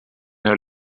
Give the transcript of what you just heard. her